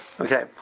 Okay